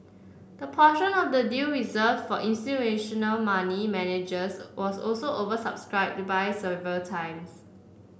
the portion of the deal reserved for institutional money managers was also oversubscribed by several times